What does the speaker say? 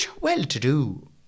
well-to-do